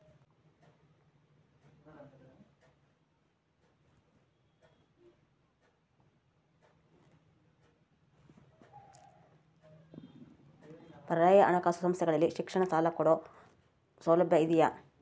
ಪರ್ಯಾಯ ಹಣಕಾಸು ಸಂಸ್ಥೆಗಳಲ್ಲಿ ಶಿಕ್ಷಣ ಸಾಲ ಕೊಡೋ ಸೌಲಭ್ಯ ಇದಿಯಾ?